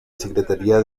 secretaría